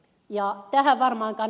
tähän varmaan ed